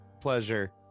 pleasure